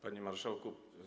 Panie Marszałku!